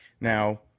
Now